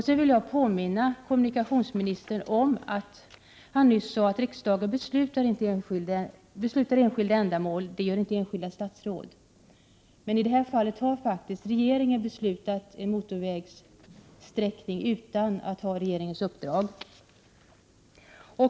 Sedan vill jag påminna kommunikationsministern om att han nyss sade att riksdagen beslutar när det gäller enskilda ändamål — det gör inte enskilda statsråd. Men i det här fallet har faktiskt regeringen beslutat om en motorvägssträckning utan att ha riksdagens uppdrag.